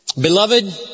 Beloved